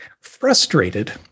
frustrated